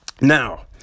Now